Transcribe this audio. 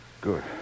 Good